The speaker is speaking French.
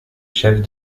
chefs